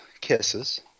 Kisses